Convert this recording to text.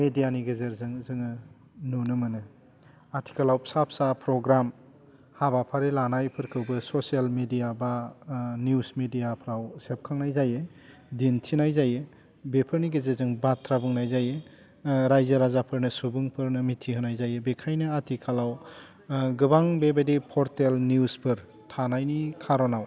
मेदियानि गेजेरजों जोङो नुनो मोनो आथिखालाव फिसा फिसा प्रग्राम हाबाफारि लानायफोरखौबो ससेल मेदिया बा निउस मेदियाफ्राव सेबखांनाय जायो दिन्थिनाय जायो बेफोरनि गेजेरजों बाथ्रा बुंनाय जायो रायजो राजाफोरनो सुबुंफोरनो मिथि होनाय जायो बेखायनो आथिखालाव गोबां बेबायदि पर्टेल निउसफोर थानायनि खार'नाव